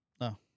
No